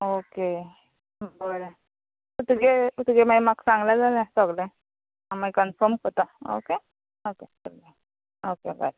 okay बोरें तुगे तुगें मागीर म्हाका सांगल्यार जालें सोगलें हांव मागीर कनफर्म कोरत ओके ओके ओके बोरें